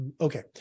okay